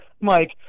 Mike